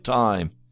time